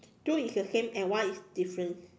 two is the same and one is difference